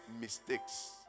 mistakes